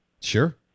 Sure